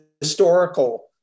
historical